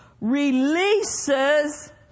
releases